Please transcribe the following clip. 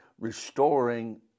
restoring